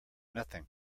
nothing